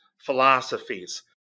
philosophies